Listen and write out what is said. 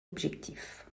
objectif